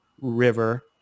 river